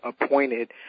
appointed